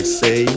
say